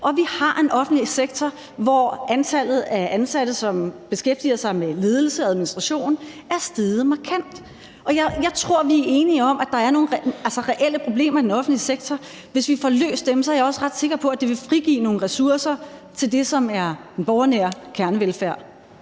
og vi har en offentlig sektor, hvor antallet af ansatte, som beskæftiger sig med ledelse og administration, er steget markant. Jeg tror, vi er enige om, at der er nogle reelle problemer i den offentlige sektor. Hvis vi får løst dem, er jeg også ret sikker på at det vil frigive nogle ressourcer til det, som er den borgernære kernevelfærd.